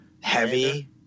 heavy